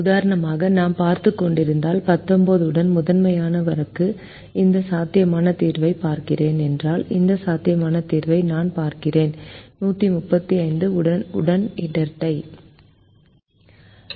உதாரணமாக நான் பார்த்துக் கொண்டிருந்தால் 19 உடன் முதன்மையானவருக்கு இந்த சாத்தியமான தீர்வைப் பார்க்கிறேன் என்றால் இந்த சாத்தியமான தீர்வை நான் 135 உடன் இரட்டை பார்க்கிறேன்